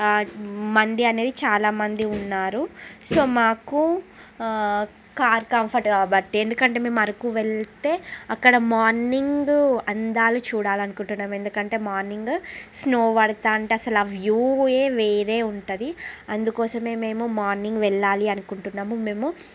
ఆ మంది అనేది చాలామంది ఉన్నారు సో మాకు కార్ కంఫర్ట్ కాబట్టి ఎందుకంటే మేము అరకు వెళితే అక్కడ మార్నింగ్ అందాలు చూడాలని అనుకుంటున్నాను ఎందుకంటే మార్నింగ్ స్నో పడుతా ఉంటే అసలు ఆ వ్యూ ఏ వేరే ఉంటుంది అందుకోసమే మేము మార్నింగ్ వెళ్ళాలి అనుకుంటున్నాము మేము